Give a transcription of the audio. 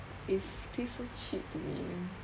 if prefer cheat to me really